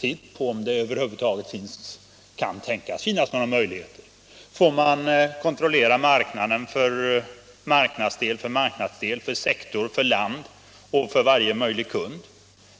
se om det över huvud taget kan tänkas finnas några möjligheter att sälja och att man därefter kontrollerar marknadsdel för marknadsdel, sektor för sektor, land för land och varje möjlig kund.